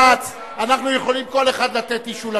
אדוני היושב-ראש, אפשר לתת לה טישיו?